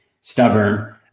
stubborn